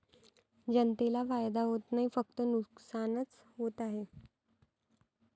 जनतेला फायदा होत नाही, फक्त नुकसानच होत आहे